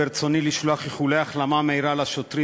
ברצוני לשלוח איחולי החלמה מהירה לשוטרים